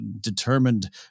determined